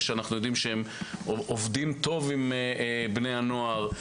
שאנחנו יודעים שהם עובדים טוב עם בני הנוער.